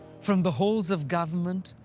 from the halls of government,